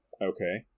Okay